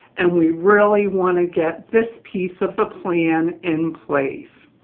and we really want to get this piece of the plan in place.